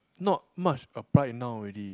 not much applied now already